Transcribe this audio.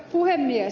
puhemies